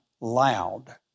loud